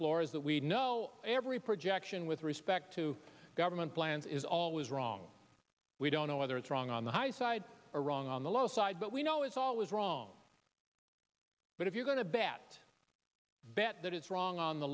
floor is that we know every projection with respect to government plans is always wrong we don't know whether it's wrong on the high side or wrong on the low side but we know it's always wrong but if you're going to bet bet that it's wrong on the